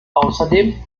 außerdem